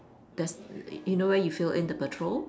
there's you know where you fill in the petrol